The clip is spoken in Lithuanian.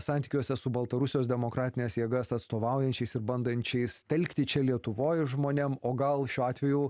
santykiuose su baltarusijos demokratines jėgas atstovaujančiais ir bandančiais telkti čia lietuvoj žmonėm o gal šiuo atveju